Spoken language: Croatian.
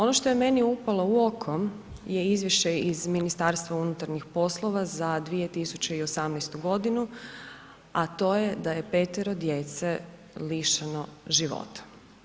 Ono što je meni upalo u oko je Izvješće iz Ministarstva unutarnjih poslova za 2018. godinu a to je da je petero djece lišeno života.